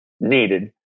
needed